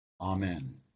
Amen